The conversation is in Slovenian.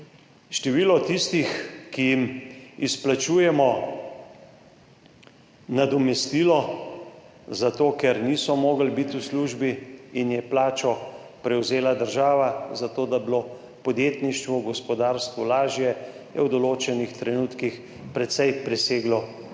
Število tistih, ki jim izplačujemo nadomestilo zato, ker niso mogli biti v službi in je plačo prevzela država, zato da bi bilo podjetništvu, gospodarstvu lažje, je v določenih trenutkih precej preseglo 12